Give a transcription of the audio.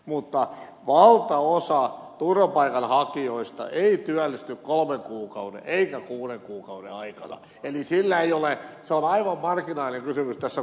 mutta valtaosa turvapaikanhakijoista ei työllisty kolmen kuukauden eikä kuuden kuukauden aikana eli se on aivan marginaalikysymys tässä kokonaisuudessa